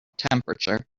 temperature